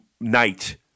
night